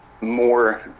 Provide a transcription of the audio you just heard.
more